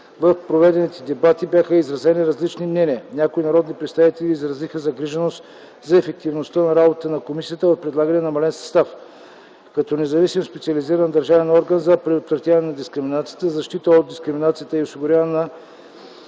В проведените дебати бяха изразени различни мнения. Някои народни представители изразиха загриженост за ефективността на работата на комисията в предлагания намален състав. Като независим специализиран държавен орган за предотвратяване на дискриминация, защита от дискриминация и осигуряване